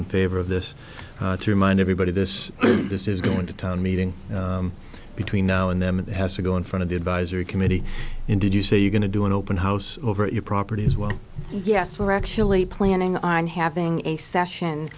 in favor of this to remind everybody this this is going to town meeting between now and then it has to go in front of the advisory committee in did you say you're going to do an open house over at your property as well yes we're actually planning on having a session